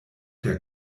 der